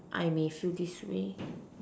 I may feel this way